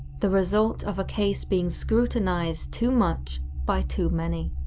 the result of a case being scrutinised too much, by too many.